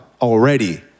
already